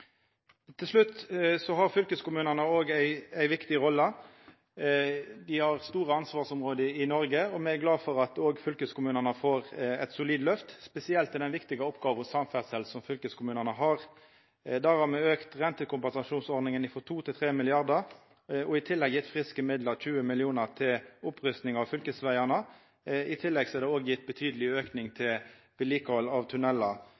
Til slutt: Fylkeskommunane har òg ei viktig rolle. Dei har store ansvarsområde i Noreg, og me er glade for at òg fylkeskommunane får eit solid løft, spesielt når det gjeld den viktige oppgåva til fylkeskommunane: samferdsle. Der har me auka rentekompensasjonsordninga frå 2 mrd. kr til 3 mrd. kr og i tillegg gjeve friske midlar på 20 mill. kr til opprusting av fylkesvegane. I tillegg er det òg gjeve ein betydeleg auke til vedlikehald av